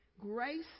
Grace